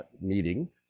meeting